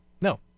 No